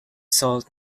salt